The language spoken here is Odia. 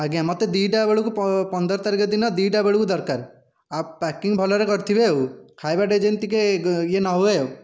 ଆଜ୍ଞା ମୋତେ ଦୁଇଟା ବେଳକୁ ପନ୍ଦର ତାରିଖ ଦିନ ଦୁଇଟା ବେଳକୁ ଦରକାର ଆଉ ପ୍ୟାକିଙ୍ଗ ଭଲରେ କରିଥିବେ ଆଉ ଖାଇବାଟା ଯେମିତି ଟିକିଏ ଇଏ ନ ହୁଏ